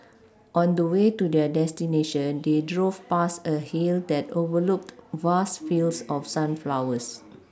on the way to their destination they drove past a hill that overlooked vast fields of sunflowers